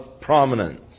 prominence